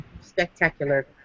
spectacular